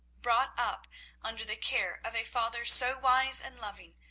brought up under the care of a father so wise and loving,